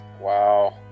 Wow